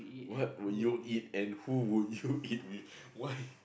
what would you eat and who would you eat